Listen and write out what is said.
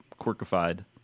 quirkified